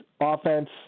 offense